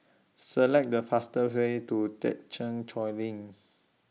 Select The faster Way to Thekchen Choling